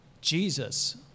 Jesus